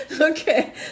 Okay